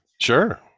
Sure